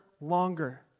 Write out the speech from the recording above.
longer